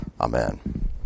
Amen